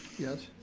yes?